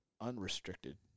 unrestricted